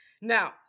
now